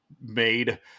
made